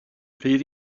rhydd